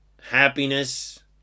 happiness